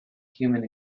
human